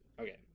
Okay